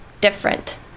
different